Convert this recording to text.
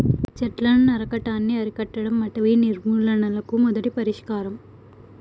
చెట్లను నరకటాన్ని అరికట్టడం అటవీ నిర్మూలనకు మొదటి పరిష్కారం